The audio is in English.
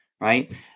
right